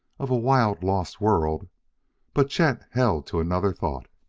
of a wild, lost world but chet held to another thought.